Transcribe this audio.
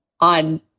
on